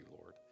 Lord